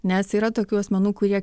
nes yra tokių asmenų kurie